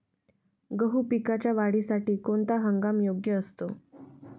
गहू पिकाच्या वाढीसाठी कोणता हंगाम योग्य असतो?